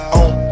on